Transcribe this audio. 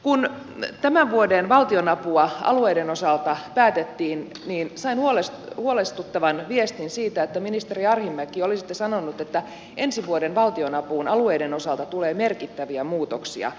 kun tämän vuoden valtionavusta alueiden osalta päätettiin niin sain huolestuttavan viestin siitä että ministeri arhinmäki olisitte sanonut että ensi vuoden valtionapuun alueiden osalta tulee merkittäviä muutoksia